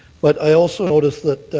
but i also notice that